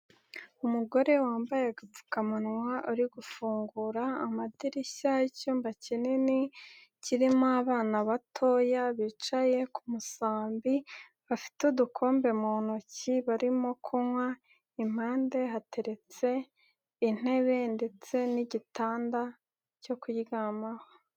Umugore wambaye agapfukamunwa uri gufungura amadirishya y'icyumba kinini, kirimo abana batoya bicaye ku musambi, bafite udukombe mu ntoki barimo kunywa, impande hateretse, intebe ndetse n'igitanda cyo kuryamaho.